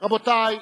רבותי,